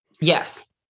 Yes